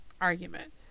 argument